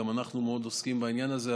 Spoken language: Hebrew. גם אנחנו מאוד עוסקים בעניין הזה,